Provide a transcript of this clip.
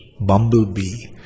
bumblebee